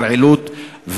בכפר עילוט,